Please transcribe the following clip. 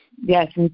Yes